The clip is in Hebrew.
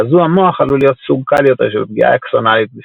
זעזוע מוח עלול להיות סוג קל יותר של פגיעה אקסונאלית דיפוזית.